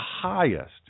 highest